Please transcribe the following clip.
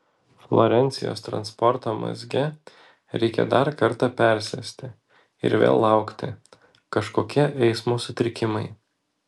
florencijos transporto mazge reikia dar kartą persėsti ir vėl laukti kažkokie eismo sutrikimai